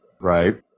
Right